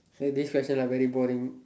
eh this question like very boring